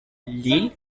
lisle